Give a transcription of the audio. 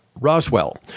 Roswell